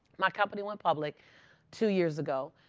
my company went public two years ago.